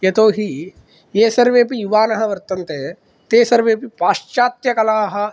यतोहि ये सर्वेऽपि युवानः वर्तन्ते ते सर्वेऽपि पाश्चात्यकलाः